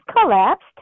collapsed